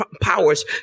powers